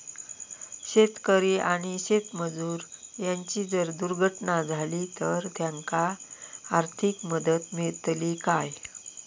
शेतकरी आणि शेतमजूर यांची जर दुर्घटना झाली तर त्यांका आर्थिक मदत मिळतली काय?